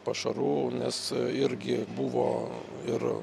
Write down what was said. pašarų nes irgi buvo ir